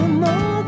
more